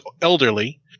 elderly